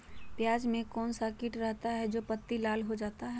प्याज में कौन सा किट रहता है? जो पत्ती लाल हो जाता हैं